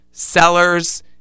Sellers